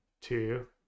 two